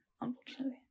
unfortunately